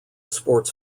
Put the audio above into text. sports